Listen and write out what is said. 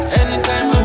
anytime